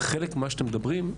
וחלק מה שאתם מדברים,